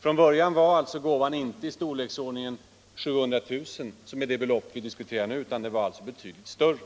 Från början var gåvan inte av storleksordningen 700 000, som är det belopp vi diskuterar nu, utan betydligt större.